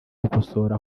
gukosora